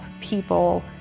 people